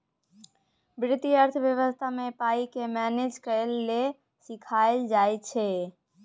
बित्तीय अर्थशास्त्र मे पाइ केँ मेनेज करय लेल सीखाएल जाइ छै